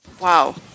wow